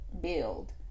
build